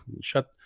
shut